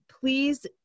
please